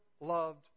loved